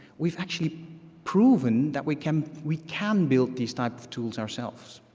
we've actually proven that we can we can build these type of tools ourselves.